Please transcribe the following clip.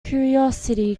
curiosity